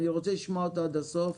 אני רוצה לשמוע אותו עד הסוף